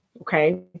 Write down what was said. okay